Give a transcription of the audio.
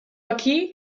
aquí